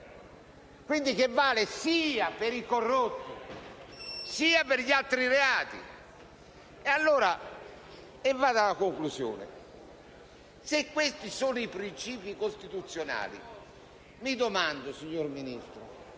quindi che valga sia per i corrotti che per gli autori di altri reati. E vado alla conclusione. Se questi sono i principi costituzionali, mi domando, signor Ministro,